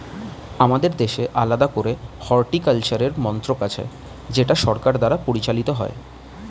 আমাদের দেশে আলাদা করে হর্টিকালচারের মন্ত্রক আছে যেটা সরকার দ্বারা পরিচালিত হয়